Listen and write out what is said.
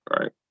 right